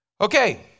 Okay